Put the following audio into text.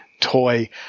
toy